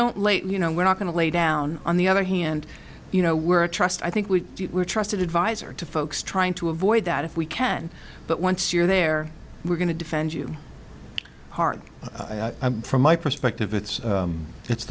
let you know we're not going to lay down on the other hand you know we're a trust i think we trusted advisor to folks trying to avoid that if we can but once you're there we're going to defend you hard from my perspective it's it's